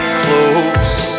close